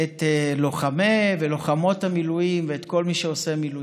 את לוחמות ולוחמי המילואים ואת כל מי שעושה מילואים,